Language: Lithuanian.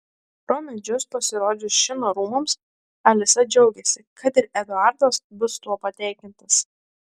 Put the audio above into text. pro medžius pasirodžius šino rūmams alisa džiaugiasi kad ir eduardas bus tuo patenkintas